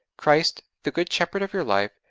christ, the good shepherd of your life,